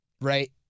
right